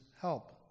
help